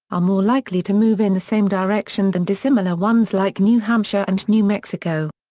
are more likely to move in the same direction than dissimilar ones like new hampshire and new mexico.